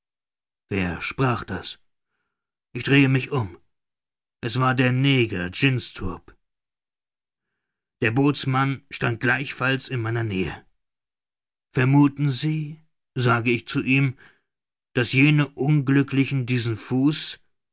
wer sprach das ich drehe mich um es war der neger jynxtrop der bootsmann stand gleichfalls in meiner nähe vermuthen sie sage ich zu ihm daß jene unglücklichen diesen fuß